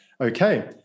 okay